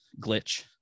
glitch